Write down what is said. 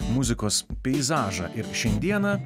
muzikos peizažą ir šiandieną